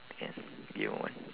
can give me a moment